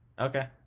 Okay